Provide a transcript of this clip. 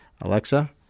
Alexa